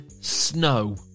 snow